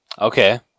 Okay